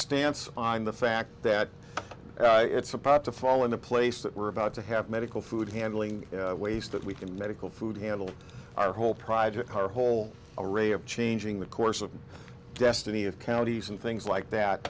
stance on the fact that it's supposed to fall into place that we're about to have medical food handling ways that we can medical food handle our whole project our whole array of changing the course of destiny of counties and things like that